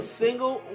single